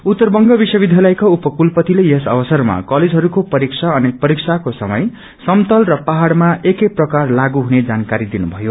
उत्तरबंग विश्व विध्यालयका उपकुलपतिले यस अवसरमा कलेजहरूको परीक्षा अनि परीक्षाक्रे समय समतल र पहाइमा एकै प्रकार लागू हुने जानकारी दिनुभयो